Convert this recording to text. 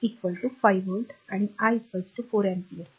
V 5 volt आणि I 4 ampere